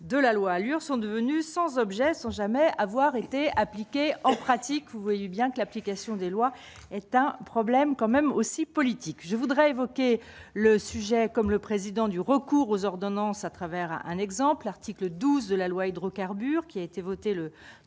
de la loi allure sont devenues sans objet, sans jamais avoir été appliqué en pratique, vous voyez bien que l'application des lois un problème quand même aussi politique, je voudrais évoquer le sujet comme le président du recours aux ordonnances à travers un exemple, l'article 12 de la loi hydrocarbures qui a été votée le